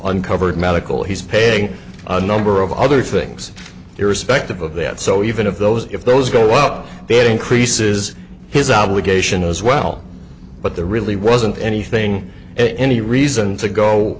uncovered medical he's paying a number of other things irrespective of that so even if those if those go up then increases his obligation as well but there really wasn't anything any reason to go